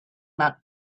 map